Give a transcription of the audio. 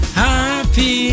happy